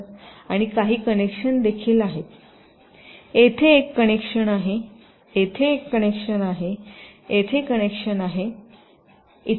आणि काही कनेक्शन देखील आहेत येथे एक कनेक्शन आहे येथे एक कनेक्शन आहे येथे कनेक्शन आहे इत्यादी